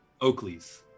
Oakleys